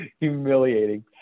humiliating